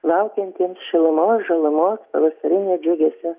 laukiantiems šilumos žalumos pavasarinio džiugesio